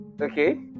okay